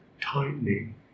tightening